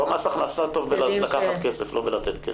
מס הכנסה טוב בלקחת כסף ולא בלתת.